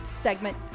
segment